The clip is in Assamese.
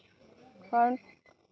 কাৰণ